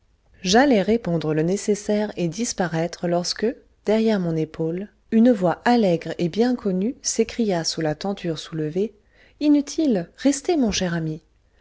j'allais répondre le nécessaire et disparaître lorsque derrière mon épaule une voix allègre et bien connue s'écria sous la tenture soulevée inutile restez mon cher ami